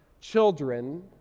children